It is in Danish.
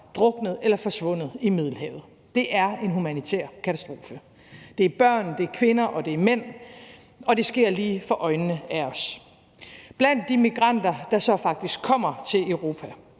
druknet eller forsvundet i Middelhavet. Det er en humanitær katastrofe. Det er børn, det er kvinder, og det er mænd, og det sker lige for øjnene af os. Blandt de migranter, der så faktisk kommer hele